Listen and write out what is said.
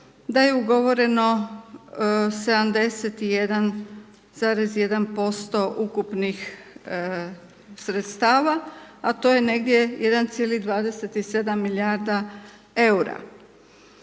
da je ugovoreno 71,1% ukupnih sredstava, a to je negdje 1,27 milijarda EUR-a.